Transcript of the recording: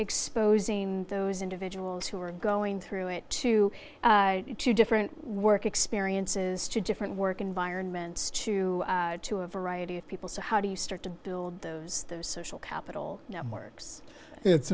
exposing those individuals who are going through it to two different work experiences to different work environments to to a variety of people so how do you start to build those those social capital networks it's